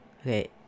Okay